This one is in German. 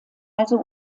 also